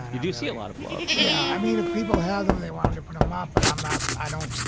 you do see a lot of blops yeah. i mean if people had them they wanted to put them up. but i'm not. i don't.